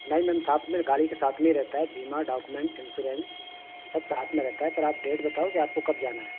नहीं मैम साथ में गाड़ी के साथ में ही रहता है बीमा डॉकुमेंट इंसुरेंस सब साथ में रहता है पर आप डेट बताओ कि आपको कब जाना है